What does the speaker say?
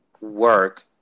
work